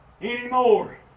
anymore